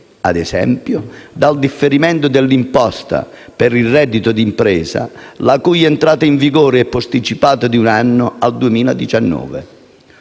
ad esempio -dal differimento dell'imposta sul reddito d'impresa, la cui entrata in vigore è posticipata di un anno, al 2019: